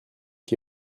qui